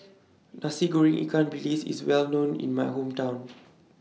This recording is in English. Nasi Goreng Ikan Bilis IS Well known in My Hometown